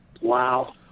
Wow